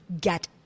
get